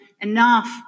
enough